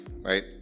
right